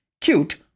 cute